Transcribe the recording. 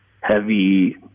heavy